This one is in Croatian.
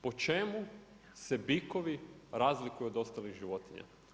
Po čemu se bikovi razlikuju od ostalih životinja?